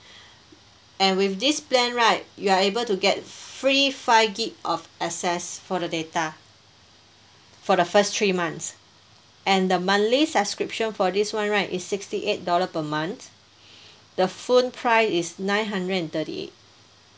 and with this plan right you are able to get free five gig of access for the data for the first three months and the monthly subscription for this one right is sixty eight dollar per month the phone price is nine hundred and thirty eight